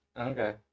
Okay